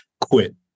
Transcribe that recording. quit